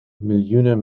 miljoenen